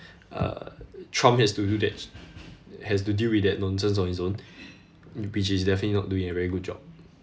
uh trump has to do that has to deal with that nonsense on his own which he's definitely not doing a very good job